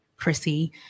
Chrissy